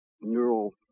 neural